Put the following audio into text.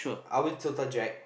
I will total Jack